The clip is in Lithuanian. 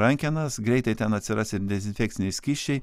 rankenas greitai ten atsiras ir dezinfekciniai skysčiai